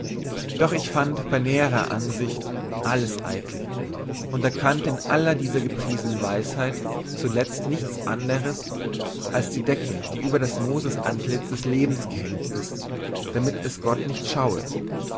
doch ich fand bei näherer ansicht alles eitel und erkannte in aller dieser gepriesenen weisheit zulezt nichts anders als die decke die über das mosesantlitz des lebens gehängt ist damit es gott nicht schaue